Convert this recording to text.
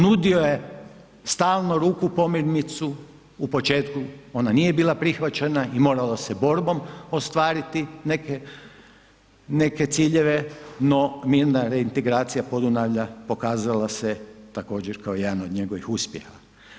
Nudio je stalno ruku pomirnicu, u početku ona nije bila prihvaćena i moralo se borbom ostvariti neke, neke ciljeve no mirna reintegracija Podunavlja pokazala se također kao jedan od njegovih uspjeha.